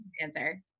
answer